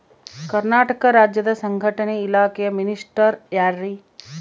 ಕರ್ನಾಟಕ ರಾಜ್ಯದ ಸಂಘಟನೆ ಇಲಾಖೆಯ ಮಿನಿಸ್ಟರ್ ಯಾರ್ರಿ?